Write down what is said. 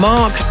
Mark